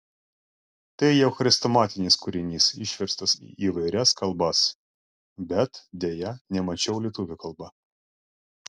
tai jau chrestomatinis kūrinys išverstas į įvairias kalbas bet deja nemačiau lietuvių kalba